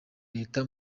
leta